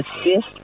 assist